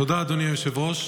תודה, אדוני היושב-ראש,